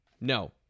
No